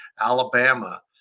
Alabama